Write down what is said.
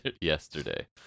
Yesterday